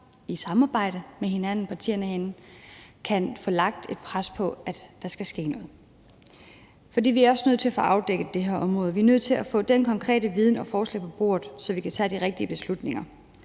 i partierne herinde kan få lagt et pres på det, for at der skal ske noget. For vi er også nødt til at få afdækket det her område. Vi er nødt til at få den konkrete viden og forslag på bordet, så vi kan tage de rigtige beslutninger.